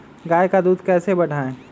गाय का दूध कैसे बढ़ाये?